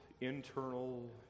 internal